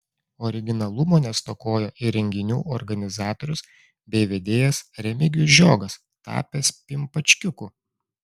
originalumo nestokojo ir renginių organizatorius bei vedėjas remigijus žiogas tapęs pimpačkiuku